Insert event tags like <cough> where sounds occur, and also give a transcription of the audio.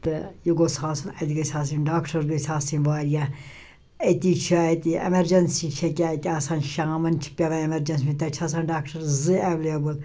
تہٕ یہِ گوٚژھ آسُن اَتہِ گٔژھۍ آسٕنۍ ڈاکٹر گٔژھۍ آسٕنۍ واریاہ أتی چھِ اَتہِ ایٚمرجیٚنسی چھِ اکیٛاہ اَتہِ آسان شامَن چھِ پیٚوان ایٚمرجیٚنسی <unintelligible> تتہِ چھِ آسان ڈاکٹر زٕ ایٚولیبٕل